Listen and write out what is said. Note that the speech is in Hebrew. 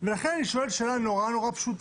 ולכן אני שואל שאלה מאוד פשוטה.